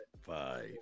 Five